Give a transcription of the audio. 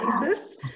basis